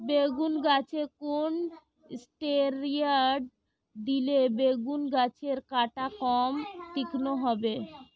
বেগুন গাছে কোন ষ্টেরয়েড দিলে বেগু গাছের কাঁটা কম তীক্ষ্ন হবে?